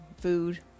food